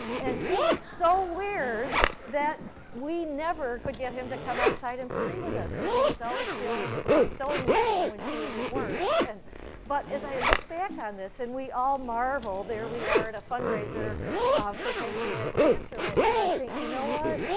and he was so weird that we never could get him to come outside and play with us because he was always stealing his mom's sewing machine when she was at work. and but as i look back on this, and we all marvel there we are at a fundraiser for pancreatic cancer last year. i think, you know what?